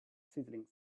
sizzling